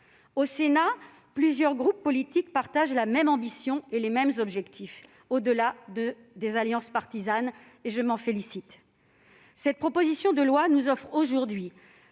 Au Sénat, plusieurs groupes politiques partagent la même ambition et les mêmes objectifs au-delà des alliances partisanes. Je m'en félicite. Cette proposition de loi nous donne aujourd'hui